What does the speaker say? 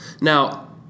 Now